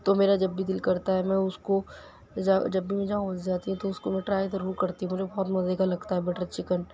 تو میرا جب بھی دِل کرتا ہے میں اُس کو جب جب بھی میں جامع مسجد جاتی ہوں تو اِس کو میں ٹرائی ضرور کرتی ہوں مجھے بہت مزے کا لگتا ہے بٹر چکن